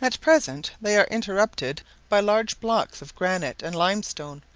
at present they are interrupted by large blocks of granite and limestone,